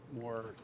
more